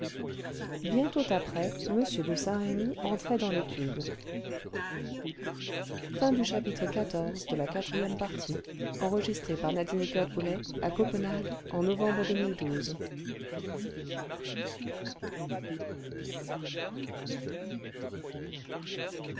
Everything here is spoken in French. bientôt après m de saint-remy entrait dans l'étude